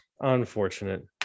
unfortunate